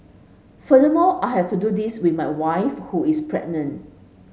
furthermore I have to do this with my wife who is pregnant